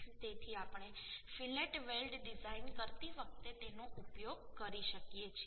તેથી આપણે fillet weld design કરતી વખતે તેનો ઉપયોગ કરી શકીએ છીએ